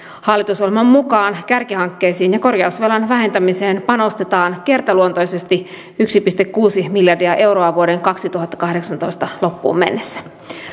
hallitusohjelman mukaan kärkihankkeisiin ja korjausvelan vähentämiseen panostetaan kertaluontoisesti yksi pilkku kuusi miljardia euroa vuoden kaksituhattakahdeksantoista loppuun mennessä